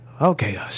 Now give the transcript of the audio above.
okay